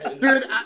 Dude